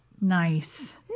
Nice